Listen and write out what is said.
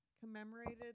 commemorated